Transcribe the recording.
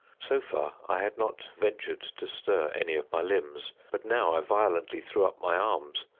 so far, i had not ventured to stir any of my limbs but now i violently threw up my arms,